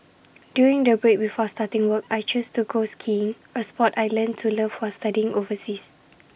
during the break before starting work I chose to go skiing A Sport I learnt to love while studying overseas